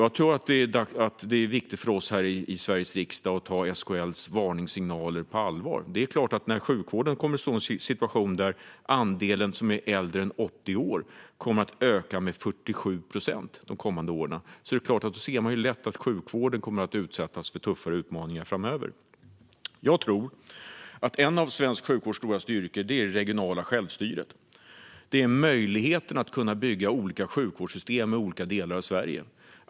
Jag tror att det är viktigt för oss här i Sveriges riksdag att ta SKL:s varningssignaler på allvar. När sjukvården de kommande åren kommer att vara i en situation där andelen som är äldre än 80 år kommer att öka med 47 procent inser man ju lätt att sjukvården kommer att utsättas för tuffare utmaningar. Jag tror att en av svensk sjukvårds stora styrkor är det regionala självstyret och möjligheten att bygga olika sjukvårdssystem i olika delar av Sverige.